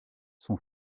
son